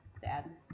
sad